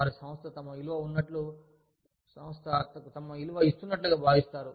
వారు సంస్థ తమ విలువ ఇస్తున్నట్లుగా భావిస్తారు